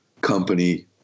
company